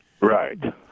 Right